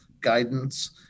guidance